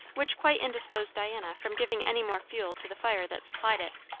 which quite indisposed diana from giving any more fuel to the fire that supplied it.